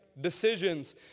Decisions